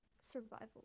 Survival